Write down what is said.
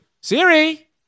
Siri